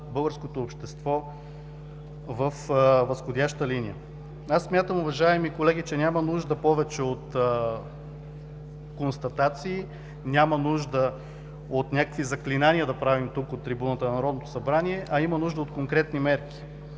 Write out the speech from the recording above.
българското общество във възходяща линия. Смятам, уважаеми колеги, че няма нужда повече от констатации, няма нужда да правим някакви заклинания от трибуната на Народното събрание, а има нужда от конкретни мерки.